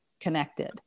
connected